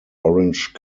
orange